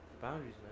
boundaries